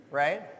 right